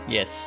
Yes